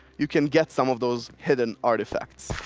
you can get some of those hidden artifacts.